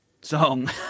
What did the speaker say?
song